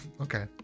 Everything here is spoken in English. Okay